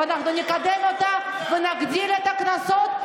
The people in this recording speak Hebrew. ונקדם אותה ונגדיל את הקנסות,